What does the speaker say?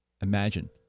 imagine